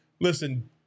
listen